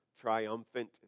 Triumphant